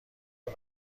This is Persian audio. این